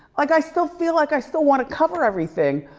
like i still feel like i still wanna cover everything,